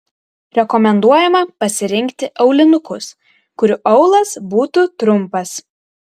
rekomenduojama pasirinkti aulinukus kurių aulas būtų trumpas